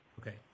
Okay